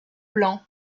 blanc